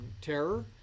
terror